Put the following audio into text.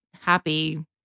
happy